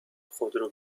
خودرو